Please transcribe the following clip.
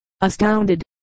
astounded